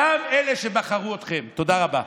גם אלה שבחרו אתכם, תודה רבה.